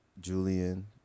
Julian